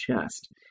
chest